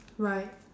right